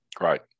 Right